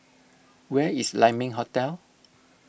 where is Lai Ming Hotel